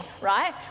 right